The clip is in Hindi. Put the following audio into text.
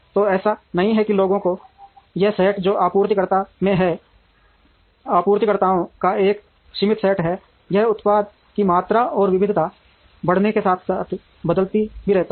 तो ऐसा नहीं है कि लोगों का यह सेट जो आपूर्तिकर्ताओं में हैं आपूर्तिकर्ताओं का एक सीमित सेट है यह उत्पाद की मात्रा और विविधता बढ़ने के साथ साथ बदलता भी रहता है